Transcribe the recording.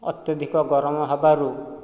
ଅତ୍ୟଧିକ ଗରମ ହେବାରୁ